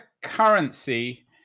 currency